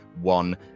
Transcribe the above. one